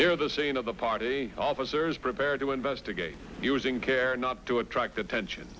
near the scene of the party officers prepared to investigate using care not to attract attention